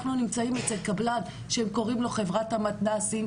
אנחנו נמצאים אצל קבלן שהם קוראים לו "חברת המתנ"סים",